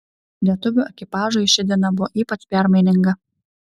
lietuvių ekipažui ši diena buvo ypač permaininga